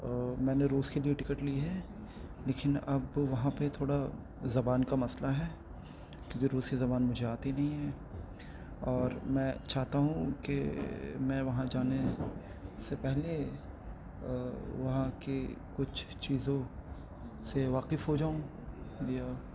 میں نے روس کے لیے ٹکٹ لی ہے لیکن اب وہاں پہ تھوڑا زبان کا مسئلہ ہے کیونکہ روس کی زبان مجھے آتی نہیں ہے اور میں چاہتا ہوں کہ میں وہاں جانے سے پہلے وہاں کے کچھ چیزوں سے واقف ہو جاؤں یا